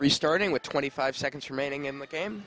restarting with twenty five seconds remaining in the game